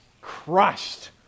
crushed